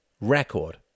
record